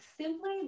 simply